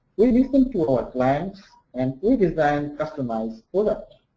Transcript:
we listen to our clients and we design customized products.